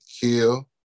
kill